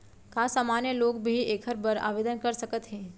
का सामान्य लोग भी एखर बर आवदेन कर सकत हे?